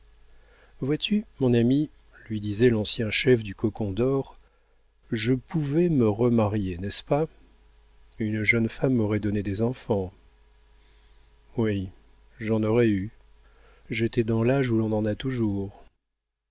vois-tu mon ami lui disait l'ancien chef du cocon dor je pouvais me remarier n'est-ce pas une jeune femme m'aurait donné des enfants oui j'en aurais eu j'étais dans l'âge où l'on en a toujours